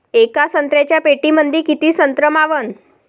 येका संत्र्याच्या पेटीमंदी किती संत्र मावन?